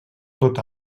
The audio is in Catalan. tot